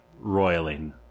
roiling